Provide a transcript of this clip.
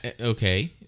Okay